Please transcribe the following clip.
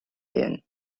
din